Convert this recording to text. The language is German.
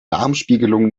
darmspiegelung